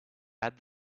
add